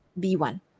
B1